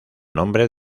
nombre